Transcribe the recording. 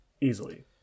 Easily